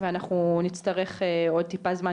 ואנחנו נצטרך עוד טיפה זמן,